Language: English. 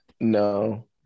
No